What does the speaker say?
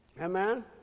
Amen